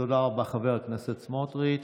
חבר הכנסת סמוטריץ'.